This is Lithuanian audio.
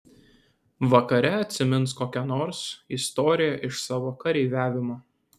vakare atsimins kokią nors istoriją iš savo kareiviavimo